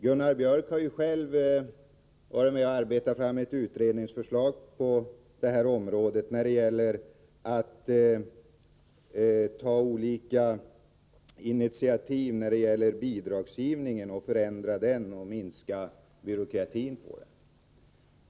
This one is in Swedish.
Gunnar Björk har ju själv varit med om att arbeta fram ett utredningsförslag på detta område som gällde olika initiativ för att förändra bidragsgivningen och minska byråkratin.